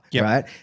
right